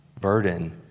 burden